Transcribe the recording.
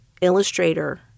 illustrator